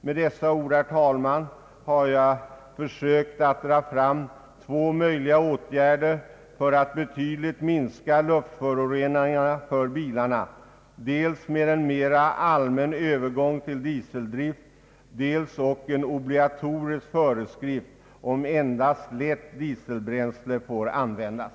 Med dessa ord, herr talman, har jag försökt framhålla två möjliga åtgärder för att betydligt minska luftföroreningarna från bilarna: dels en mera allmän övergång till dieseldrift, dels ock en obligatorisk föreskrift om att endast lätt dieselbränsle får användas.